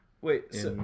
Wait